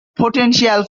potential